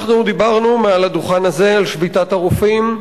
אנחנו דיברנו מעל הדוכן הזה על שביתת הרופאים,